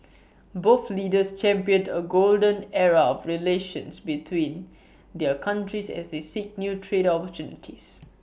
both leaders championed A golden era of relations between their countries as they seek new trade opportunities